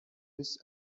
this